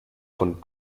von